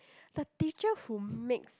the teacher who makes